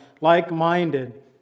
like-minded